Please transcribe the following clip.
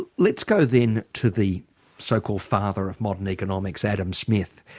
let's go then to the so-called father of modern economics, adam smith.